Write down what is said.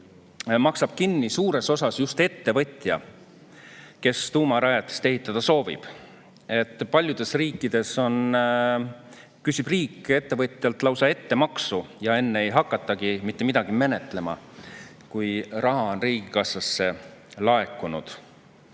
maksab suures osas kinni just ettevõtja, kes tuumarajatist ehitada soovib. Paljudes riikides küsib riik ettevõtjalt lausa ettemaksu ja enne ei hakatagi mitte midagi menetlema, kui raha on riigikassasse laekunud.